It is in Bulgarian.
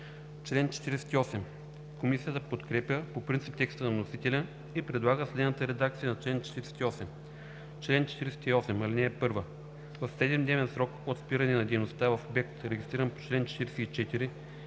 дейността.“ Комисията подкрепя по принцип текста на вносителя и предлага следната редакция на чл. 48: „Чл. 48. (1) В 7-дневен срок от спиране на дейността в обект, регистриран по чл. 44